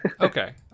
okay